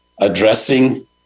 Addressing